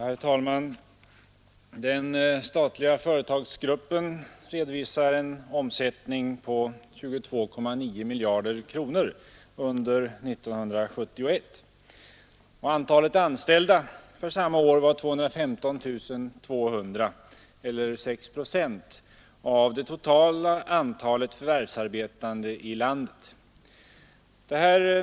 Herr talman! Den statliga företagsgruppen redovisar en omsättning på 22,9 miljarder kronor under 1971. Antalet anställda för samma år var 215 200 eller 6 procent av det totala antalet förvärvsarbetande i landet.